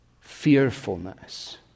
fearfulness